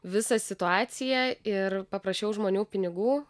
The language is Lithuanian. visą situaciją ir paprašiau žmonių pinigų